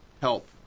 help